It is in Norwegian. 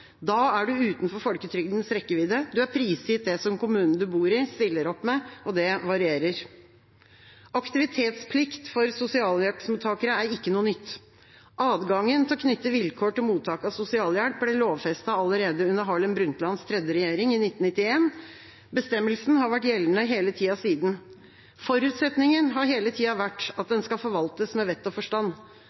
Da er man utenfor folketrygdens rekkevidde. Man er prisgitt det som kommunen man bor i, stiller opp med, og det varierer. Aktivitetsplikt for sosialhjelpsmottakere er ikke noe nytt. Adgangen til å knytte vilkår til mottak av sosialhjelp ble lovfestet allerede under Harlem Brundtlands tredje regjering i 1991. Bestemmelsen har vært gjeldende hele tida siden. Forutsetningen har hele tida vært at den skal forvaltes med vett og forstand.